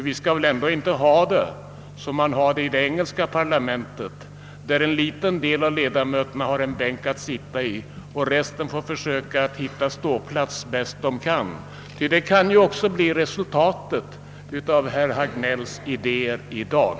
Vi skall väl ändå inte ha det som i engelska parlamentet, där bara en liten del av ledamöterna har en bänk att sitta i och resten får försöka hitta en ståplats bäst de kan. Det kan också bli resultatet av ett genomförande av herr Hagnells idéer i dag.